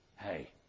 Hey